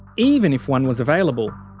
even if one was available.